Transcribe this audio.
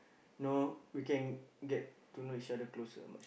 no we can get to know each other closer